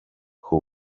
who